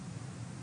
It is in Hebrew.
התפתחותיים?